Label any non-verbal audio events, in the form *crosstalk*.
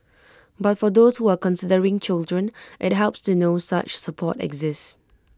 *noise* but for those who are considering children IT helps to know such support exists